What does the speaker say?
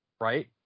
Right